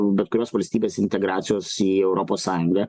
bet kurios valstybės integracijos į europos sąjungą